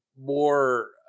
more